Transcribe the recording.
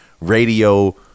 radio